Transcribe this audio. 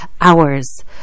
Hours